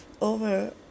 Over